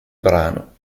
brano